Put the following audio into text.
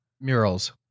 murals